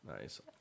nice